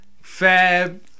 Fab